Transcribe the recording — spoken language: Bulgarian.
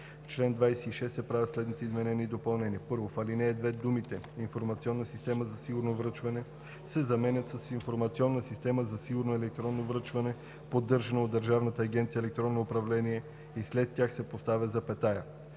чл. 26 се правят следните изменения и допълнения: 1. В ал. 2 думите „информационна система за сигурно връчване“ се заменят с „информационна система за сигурно електронно връчване, поддържана от Държавна агенция „Електронно управление“ и след тях се поставя запетая.